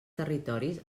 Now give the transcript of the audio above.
territoris